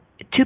Two